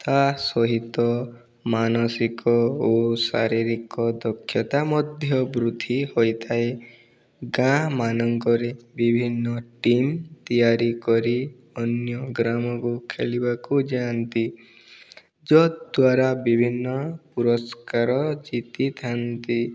ତା ସହିତ ମାନସିକ ଓ ଶାରୀରିକ ଦକ୍ଷତା ମଧ୍ୟ ବୃଦ୍ଧି ହୋଇଥାଏ ଗାଁମାନଙ୍କରେ ବିଭିନ୍ନ ଟିମ୍ ତିଆରି କରି ଅନ୍ୟ ଗ୍ରାମକୁ ଖେଳିବାକୁ ଯାଆନ୍ତି ଯଦ୍ୱାରା ବିଭିନ୍ନ ପୁରସ୍କାର ଜିତିଥାନ୍ତି